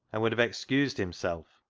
and would have excused himself,